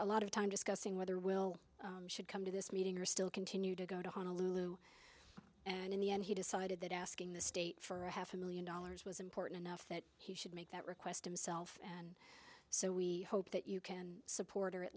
a lot of time discussing whether we'll should come to this meeting or still continue to go to honolulu and in the end he decided that asking the state for a half a million dollars was important enough that he should make that request himself and so we hope that you can support or at